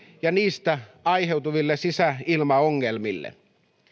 ja niistä aiheutuville sisäilmaongelmille